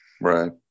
Right